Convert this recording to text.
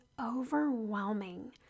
overwhelming